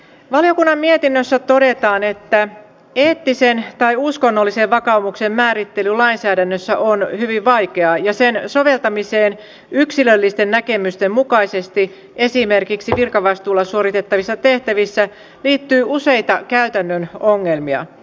valiokunnan mietinnössä todetaan että eettisen tai uskonnollisen vakaumuksen määrittely lainsäädännössä on hyvin vaikeaa ja sen soveltamiseen yksilöllisten näkemysten mukaisesti esimerkiksi virkavastuulla suoritettavissa tehtävissä liittyy useita käytännön ongelmia